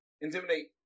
Intimidate